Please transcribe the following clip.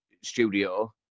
studio